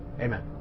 amen